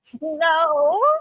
No